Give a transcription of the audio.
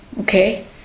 okay